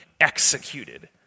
executed